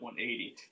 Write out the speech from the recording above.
180